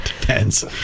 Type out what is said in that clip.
Depends